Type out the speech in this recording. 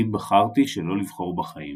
אני בחרתי שלא לבחור בחיים.